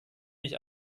mich